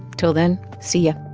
till then, see